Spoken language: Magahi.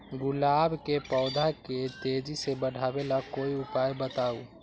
गुलाब के पौधा के तेजी से बढ़ावे ला कोई उपाये बताउ?